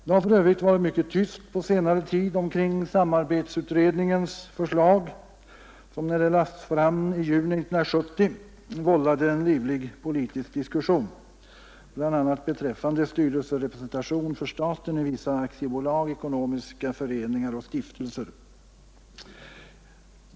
Det har för övrigt varit mycket tyst på senare tid omkring samarbetsutredningens förslag, som när det lades fram i juni 1970 vållade en livlig politisk diskussion, bl.a. beträffande styrelserepresentation för staten i vissa aktiebolag, ekonomiska föreningar och stiftelser.